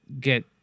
get